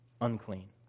unclean